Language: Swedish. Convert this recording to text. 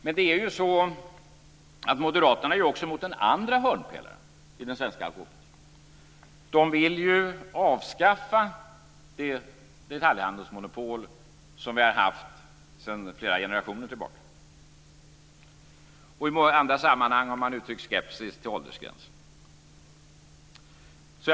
Men moderaterna är också emot den andra hörnpelaren i den svenska alkoholpolitiken. De vill ju avskaffa det detaljhandelsmonopol vi har haft sedan flera generationer tillbaka. I andra sammanhang har de uttryckt skepsis mot åldersgränsen.